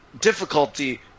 difficulty